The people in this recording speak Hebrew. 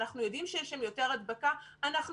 אנחנו יודעים שיש שם יותר הדבקה אנחנו